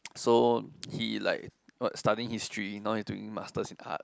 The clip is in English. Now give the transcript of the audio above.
so he like what studying history now he's doing masters in art